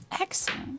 Excellent